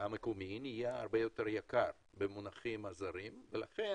המקומי נהיה יותר יקר במונחים זרים לכן